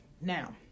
Now